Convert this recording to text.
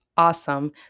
awesome